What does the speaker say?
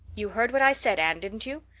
you heard what i said, anne, didn't you?